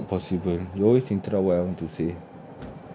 that's not possible you always interrupt what I want to say